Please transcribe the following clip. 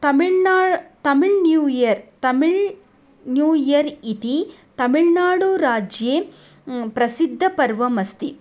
तमिळ्ना Tamil new year Tamil new year इति तमिळ्नाडुराज्ये प्रसिद्धं पर्वम् अस्ति